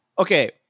Okay